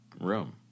room